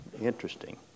Interesting